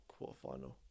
quarterfinal